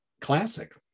classic